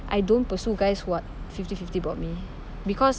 I don't pursue guys who are fifty fifty about me because